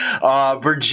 Virginia